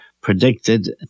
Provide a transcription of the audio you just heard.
predicted